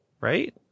right